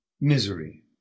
misery